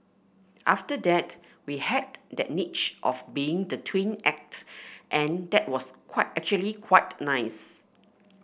after that we had that niche of being the twin act and that was actually quite nice